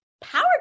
power